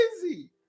crazy